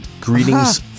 Greetings